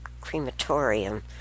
crematorium